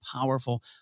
powerful